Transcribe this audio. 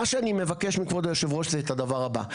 מה שאני מבקש מכבוד היושב ראש זה את הדבר הבא,